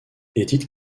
édith